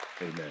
Amen